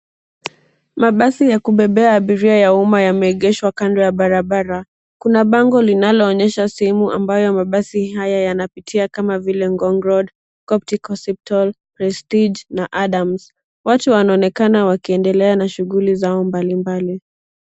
Mabasi ya kubebea abiria ya umma yameegeshwa kando ya barabara. Kuna bango linaloonyesha sehemu ambayo mabasi haya yanapitia kama vile Ngong' road, Coptic hospital, Prestige na Adams. Watu wanaonekana wakiendelea na shughuli zao mbalimbali.